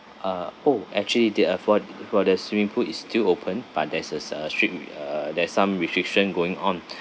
uh oh actually there are for for the swimming pool is still open but there's a s~ uh strict~ with uh there's some restriction going on